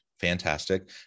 fantastic